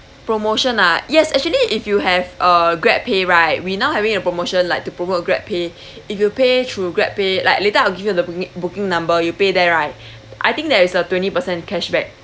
promotion ah yes actually if you have uh GrabPay right we now having a promotion like to promote grab pay if you pay through GrabPay like later I'll give you the booking booking number you pay there right I think there is a twenty percent cash back